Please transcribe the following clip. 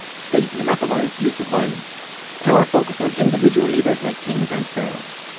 state monopolised use of violence power focussed on individual leaders, like kings and pharaohs.